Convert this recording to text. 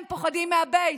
הם פוחדים מהבייס.